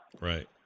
Right